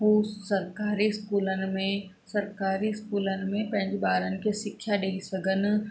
उहे सरकारी स्कूलनि में सरकारी स्कूलनि में पंहिंजे ॿारनि खे सिखिया ॾई सघनि